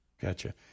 Gotcha